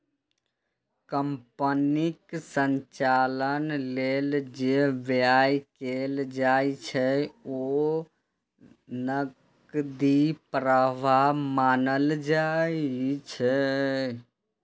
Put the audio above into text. कंपनीक संचालन लेल जे व्यय कैल जाइ छै, ओ नकदी प्रवाह मानल जाइ छै